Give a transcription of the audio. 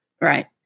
right